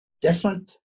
different